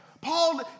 Paul